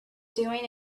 doing